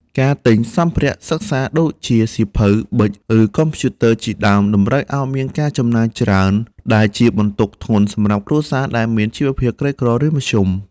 ការទិញសម្ភារៈសិក្សាដូចជាសៀវភៅ ប៊ិច ឬកុំព្យូទ័រ ជាដើម តម្រូវឲ្យមានការចំណាយច្រើន ដែលជាបន្ទុកធ្ងន់សម្រាប់គ្រួសារដែលមានជីវភាពក្រីក្រឬមធ្យម។